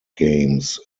games